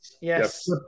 Yes